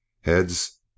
Heads